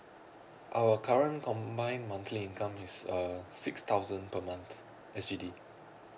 our current combine monthly income is err six thousand per month S_G_D